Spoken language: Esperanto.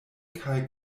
kaj